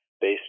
based